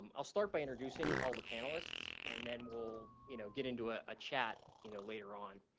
um i'll start by introducing all the panelists, and then we'll, you know, get into a ah chat, you know, later on.